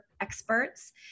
experts